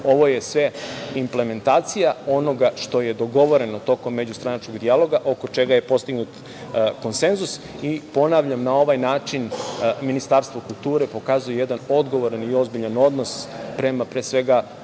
je sve implementacija onoga što je dogovoreno tokom međustranačkog dijaloga oko čega je postignut konsenzus i ponavljam na ovaj način Ministarstvo kulture pokazuju jedan odgovoran i ozbiljan odnos prema, pre svega,